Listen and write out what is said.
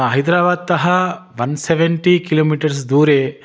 हैद्राबाद्तः one seventy kilometres दूरे